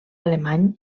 alemany